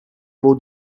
will